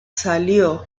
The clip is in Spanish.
salió